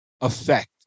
effect